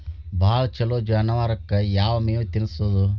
ಭಾಳ ಛಲೋ ಜಾನುವಾರಕ್ ಯಾವ್ ಮೇವ್ ತಿನ್ನಸೋದು?